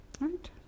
Right